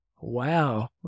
wow